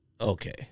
Okay